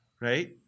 Right